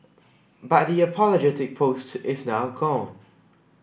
but the apologetic post is now gone